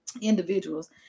individuals